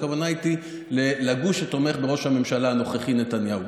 הכוונה הייתה לגוש שתומך בראש הממשלה הנוכחי נתניהו,